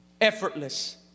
Effortless